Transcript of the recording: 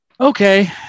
Okay